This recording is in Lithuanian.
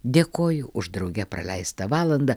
dėkoju už drauge praleistą valandą